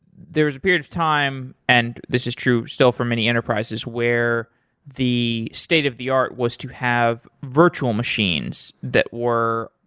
there was a period of time and this is true, still for many enterprises where the state of the art was to have virtual machines that were,